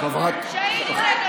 שהידים מגבה.